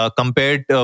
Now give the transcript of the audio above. compared